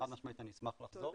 חד משמעית אני אשמח לחזור.